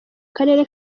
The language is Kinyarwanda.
karere